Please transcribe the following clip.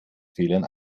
fehlern